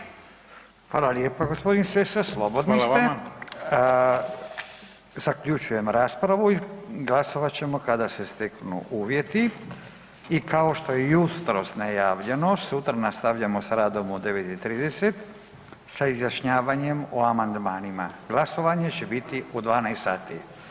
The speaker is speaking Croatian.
Hvala lijepa gospodin Sessa slobodni ste [[Upadica: Hvala vama]] Zaključujem raspravu i glasovat ćemo kada se steknu uvjeti i kao što je jutros najavljeno sutra nastavljamo s radom u 9 i 30 sa izjašnjavanjem o amandmanima, glasovanje će biti u 12 sati.